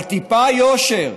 אבל טיפה יושר,